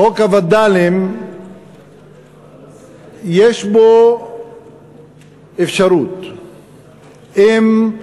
חוק הווד"לים יש בו אפשרות אם,